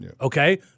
Okay